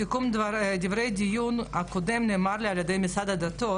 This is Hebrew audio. בסיכום דבריי בדיון הקודם נאמר לי על ידי משרד הדתות